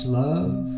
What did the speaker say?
love